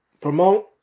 promote